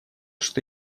что